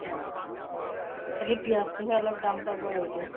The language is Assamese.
হয় খালী পিঁয়াজটোহে অলপ দাম পাব আৰু এতিয়া